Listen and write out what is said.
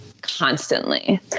constantly